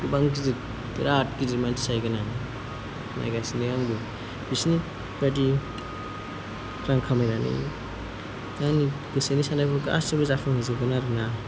गोबां गिदिर बिराद गिदिर मानसि जाहैगोन आं नायगासिनो आंबो बिसोरनि बादि रां खामायनानै आंनि गोसोनि साननायखौ गासिबो जाफुंहोजोबगोन आरोना